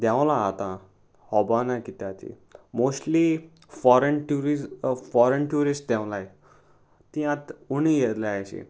देंवलां आतां खबरना कित्या ती मोस्टली फॉरेन ट्युरिज फॉरेन ट्युरिस्ट देंवलाय तीं आतां उणी येला अशी